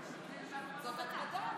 גם לזה צריך להיות.